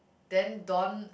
then Don